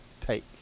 take